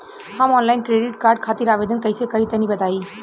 हम online credit card खातिर आवेदन कइसे करि तनि बताई?